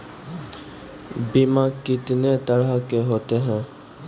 बीमा कितने तरह के होते हैं?